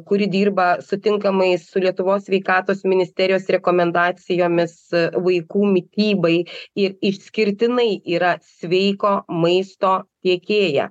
kuri dirba sutinkamai su lietuvos sveikatos ministerijos rekomendacijomis vaikų mitybai ir išskirtinai yra sveiko maisto tiekėja